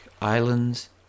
islands